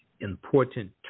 important